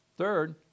Third